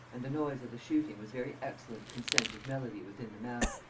and the noise of the shooting was very excellent consent of melody within the mount.